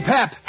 Pep